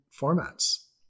formats